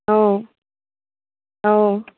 অঁ অঁ